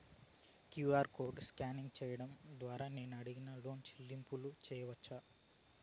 QR code scan సేయడం ద్వారా నేను అంగడి లో చెల్లింపులు సేయొచ్చా?